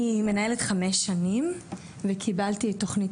אני מנהלת מזה כחמש שנים וקיבלתי את תוכנית